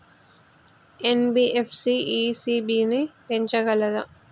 NBFC ECB ని పెంచగలదా?